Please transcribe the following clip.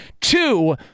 Two